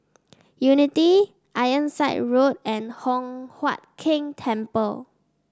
Unity Ironside Road and Hock Huat Keng Temple